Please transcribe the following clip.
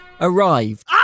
arrived